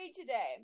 today